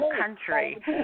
Country